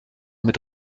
mit